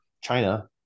China